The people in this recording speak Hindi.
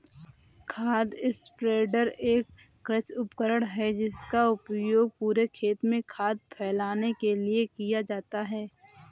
खाद स्प्रेडर एक कृषि उपकरण है जिसका उपयोग पूरे खेत में खाद फैलाने के लिए किया जाता है